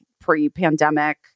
pre-pandemic